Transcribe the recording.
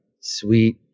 sweet